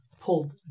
pulled